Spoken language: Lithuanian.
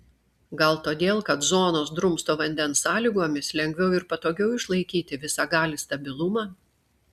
gal todėl kad zonos drumsto vandens sąlygomis lengviau ir patogiau išlaikyti visagalį stabilumą